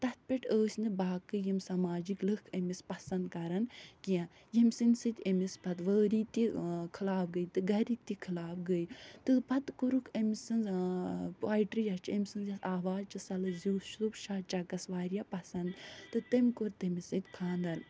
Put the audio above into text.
تَتھ پٮ۪ٹھ ٲسۍ نہٕ باقٕے یِم سماجِک لٕکھ أمِس پسنٛد کَرَن کیٚنٛہہ ییٚمہِ سٕنٛد سۭتۍ أمِس پتہٕ وٲری تہِ خٕلاف گٔے تہٕ گَرِکۍ تہِ خٕلاف گٔے تہٕ پتہٕ کوٚرُکھ أمۍ سٕنٛز پویٹرٛی یَس چھِ أمۍ سٕنٛز یَس آواز چھِ سۄ لٔج یوسف شاہ چَکس وارِیاہ پسنٛد تہٕ تٔمۍ کوٚر تٔمِس سۭتۍ خانٛدر